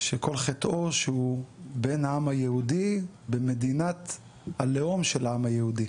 שכל חטאו שהוא בן העם היהודי במדינת הלאום של העם היהודי.